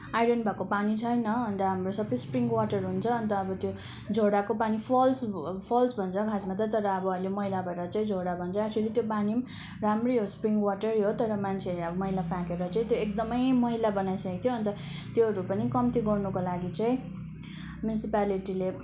iron भएको पानी छैन अन्त हाम्रो सबै स्प्रिङ वाटर हुन्छ अन्त अब त्यो झोडाको पानी फल्स फल्स भन्छ खासमा त तर अब मैला भएर चाहिँ झोडा भन्छ एक्चुवेली त्यो पानी पनि राम्रै हो स्प्रिङ वाटरै हो तर मान्छेहरूले मैला फ्याँकेर चाहिँ एकदमै मैला बनाइसकेको थियो अन्त त्योहरू पनि कम्ती गर्नको लागि चाहिँ म्युनिसिपालिटीले